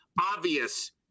obvious